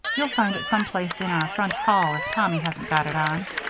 you'll find it some place in our front hall if tommy hasn't got it on.